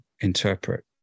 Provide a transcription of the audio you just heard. interpret